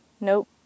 Nope